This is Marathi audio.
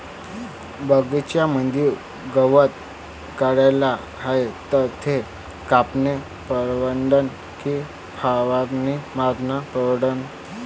बगीच्यामंदी गवत वाढले हाये तर ते कापनं परवडन की फवारा मारनं परवडन?